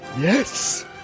Yes